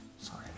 Sorry